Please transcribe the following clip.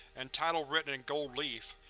and title written in gold leaf.